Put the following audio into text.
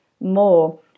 more